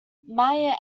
mayer